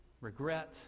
regret